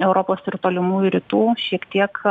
europos ir tolimųjų rytų šiek tiek